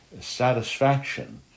satisfaction